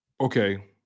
okay